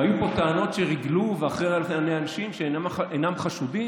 והיו פה טענות שריגלו אחרי אנשים שאינם חשודים